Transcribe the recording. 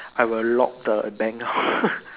I will lock the bank lor